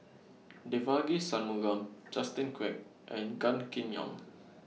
Devagi Sanmugam Justin Quek and Gan Kim Yong